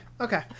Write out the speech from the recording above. okay